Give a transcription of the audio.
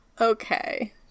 Okay